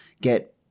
get